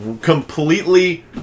completely